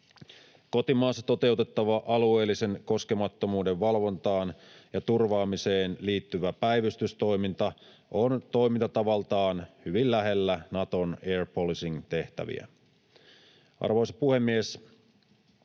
Kotimaassa toteutettava alueellisen koskemattomuuden valvontaan ja turvaamiseen liittyvä päivystystoiminta on toimintatavaltaan hyvin lähellä Naton air policing -tehtäviä. Arvoisa puhemies!